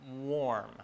warm